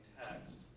text